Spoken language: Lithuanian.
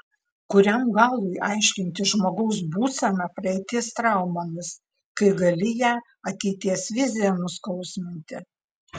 kuriam galui aiškinti žmogaus būseną praeities traumomis kai gali ją ateities vizija nuskausminti